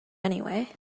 anyway